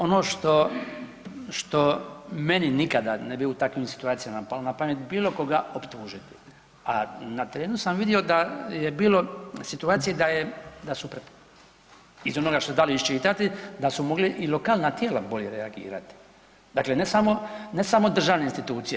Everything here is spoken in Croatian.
Ono što meni nikada u takvim situacijama palo na pamet bilo koga optužiti, a na terenu sam vidio da je bilo situacija da se iz onoga što se dalo iščitati da su mogla i lokalna tijela bolje reagirati, dakle ne samo državne institucije.